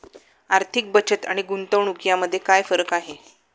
आर्थिक बचत आणि गुंतवणूक यामध्ये काय फरक आहे?